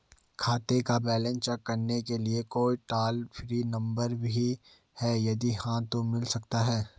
खाते का balance check करने के लिए कोई टॉल फ्री नम्बर भी है यदि हाँ तो मिल सकता है?